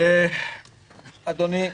אדוני,